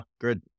good